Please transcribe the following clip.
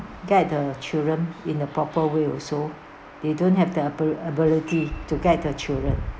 get the children in the proper way also they don't have the abi~ ability to get the children